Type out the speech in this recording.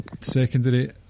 secondary